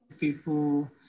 people